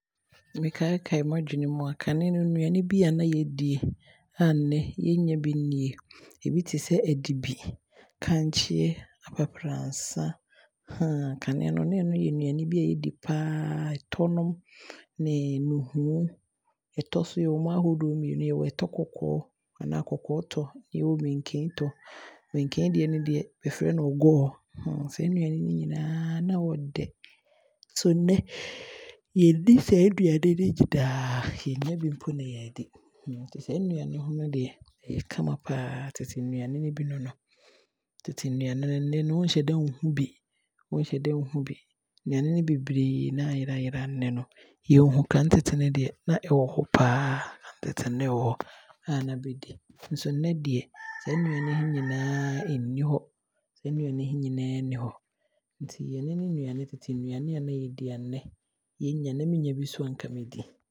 Me kae kae m'adwene mu a, kane no nnuane bi a na yɛdi, a nnɛ yɛnnya bi nnie, ebi te sɛ adibi, akankyeeɛ, aprapransa kane no na ɛno yɛ aduane bi a yɛdi paa a, ɛtɔ nom ne nnuhuu. Ɛtɔ nso yɛwɔ mu ahodoɔ mmienu, yɛ wɔ ɛtɔ kɔkɔɔ anaa kɔkɔɔ tɔ, nna yɛwɔ mankani tɔ. Nankani deɛ no deɛ yɛfrɛ no ɔgɔɔ, saa nnuane no nyinaa na ɔɔdɛ, nso nɛ yɛnni saa nnuane no nyinaa, yɛnnya bi mpo na yɛadi. Nti saa nnuane he deɛ ɛyɛ kama paa, tete nnuane no bi no no, tete nnuane no nnɛ wonhyɛ da nhu bi, wonhyɛ da nhu bi, nnuane no beberee aayera yera nnɛ no Yɛnhu, kane tete no deɛ a ɛwɔ hɔ paa, na ɛwɔ hɔ nso nnɛ deɛ saa nnuane no nyinaa nni hɔ, saa nnuane he nyinaa nni hɔ, nti ɛno ne tete nnuane a yɛdi a nnɛ yɛnnya na menya bi nso a mɛdi.